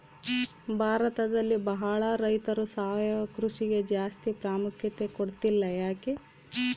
ಭಾರತದಲ್ಲಿ ಬಹಳ ರೈತರು ಸಾವಯವ ಕೃಷಿಗೆ ಜಾಸ್ತಿ ಪ್ರಾಮುಖ್ಯತೆ ಕೊಡ್ತಿಲ್ಲ ಯಾಕೆ?